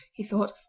he thought,